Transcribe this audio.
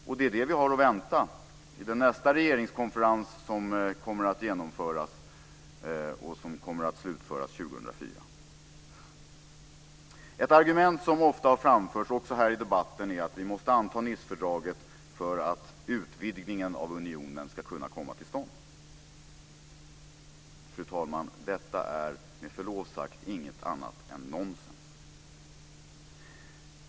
Och det är detta som vi har att vänta vid nästa regeringskonferens som kommer att genomföras och som kommer att slutföras 2004. Ett argument som ofta har framförts, också här i debatten, är att vi måste anta Nicefördraget för att utvidgningen av unionen ska kunna komma till stånd. Fru talman! Detta är med förlov sagt ingenting annat än nonsens.